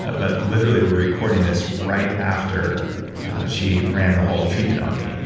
ah but literally, we're recording this right after she ran the whole treatment on me. and